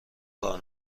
کار